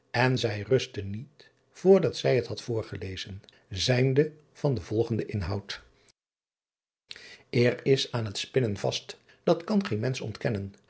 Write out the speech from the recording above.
illegonda uisman rustte niet voor dat zij het had voorgelezen zijnde van den volgenden inhoud er is aen t spinnen vast dat kan geen mensch ontkennen